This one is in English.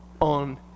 on